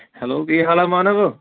hello ਕੀ ਹਾਲ ਆ ਮਾਨਵ